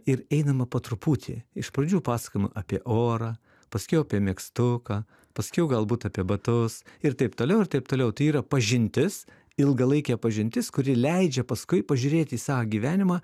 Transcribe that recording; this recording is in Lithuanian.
ir einama po truputį iš pradžių pasakojama apie orą paskiau apie megztuką pasakiau galbūt apie batus ir taip toliau ir taip toliau tai yra pažintis ilgalaikė pažintis kuri leidžia paskui pažiūrėt į sava gyvenimą